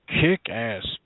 kick-ass